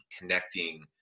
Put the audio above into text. connecting